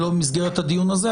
לא במסגרת הדיון הזה,